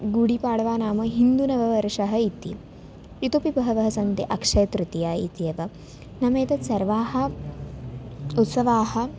गुडिपाडवा नाम हिन्दुनववर्षः इति इतोऽपि बहवः सन्ति अक्षयतृतीया इत्येव नाम एते सर्वे उत्सवाः